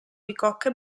bicocca